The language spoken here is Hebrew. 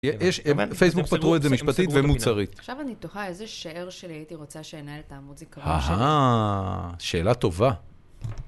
פייסבוק פתרו את זה משפטית ומוצרית עכשיו אני תוהה איזה שאר שלי הייתי רוצה שינהל את העמוד זיכרון שלי ההה, שאלה טובה